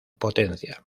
potencia